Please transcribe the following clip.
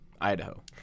Idaho